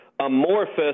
amorphous